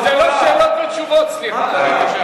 זה לא שאלות ותשובות, סליחה.